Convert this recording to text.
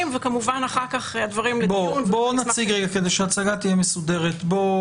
וכמובן אחר-כך הדברים -- כדי שההצגה תהיה מסודרת,